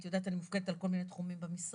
את יודעת, אני מופקדת על כל מיני תחומים במשרד.